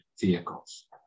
vehicles